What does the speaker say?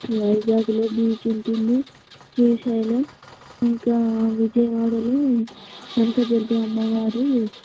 వైజాగ్లో బీచ్ ఉంటుంది శ్రీశైలం ఇంకా విజయవాడలో కనకదుర్గ అమ్మవారు